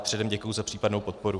Předem děkuji za případnou podporu.